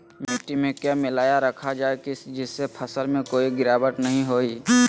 मिट्टी में क्या मिलाया रखा जाए जिससे फसल में कोई गिरावट नहीं होई?